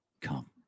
come